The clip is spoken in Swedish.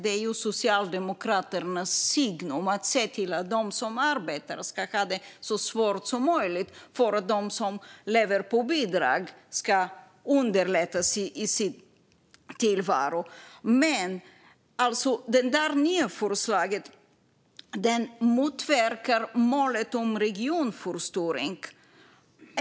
Det är ju Socialdemokraternas signum att se till att de som arbetar ska ha det så svårt som möjligt för att tillvaron för dem som lever på bidrag ska underlättas. Men det nya förslaget motverkar målet om regionförstoring.